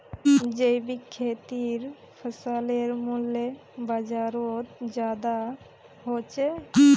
जैविक खेतीर फसलेर मूल्य बजारोत ज्यादा होचे